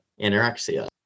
anorexia